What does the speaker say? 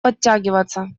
подтягиваться